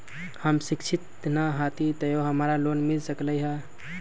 हम शिक्षित न हाति तयो हमरा लोन मिल सकलई ह?